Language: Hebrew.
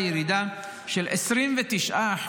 חלה ירידה של 29%